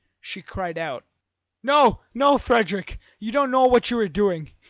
she cried out no, no, frederick! you don't know what you are doing.